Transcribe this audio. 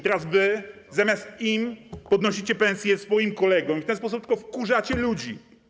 Teraz wy zamiast im podnosicie pensje swoim kolegom i w ten sposób tylko wkurzacie ludzi.